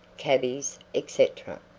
cabbies, etc,